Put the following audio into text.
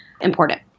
important